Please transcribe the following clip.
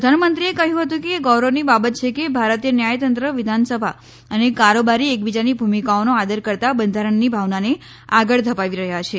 પ્રધાનમંત્રીએ કહ્યું હતું કે એ ગૌરવની બાબત છે કે ભારતીય ન્યાયતંત્ર વિધાનસભા અને કારોબારી એકબીજાની ભૂમિકાઓનો આદર કરતાં બંધારણની ભાવનાને આગળ ધપાવી રહયાં છે